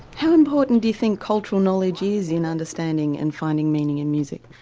how important do you think cultural knowledge is in understanding and finding meaning in music?